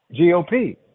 GOP